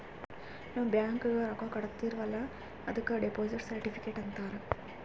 ನಾವ್ ಬ್ಯಾಂಕ್ಗ ರೊಕ್ಕಾ ಕಟ್ಟಿರ್ತಿವಿ ಅಲ್ಲ ಅದುಕ್ ಡೆಪೋಸಿಟ್ ಸರ್ಟಿಫಿಕೇಟ್ ಅಂತಾರ್